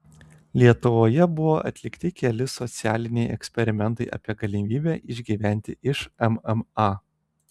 lietuvoje buvo atlikti keli socialiniai eksperimentai apie galimybę išgyventi iš mma